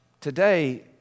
Today